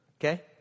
Okay